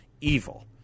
evil